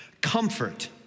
Comfort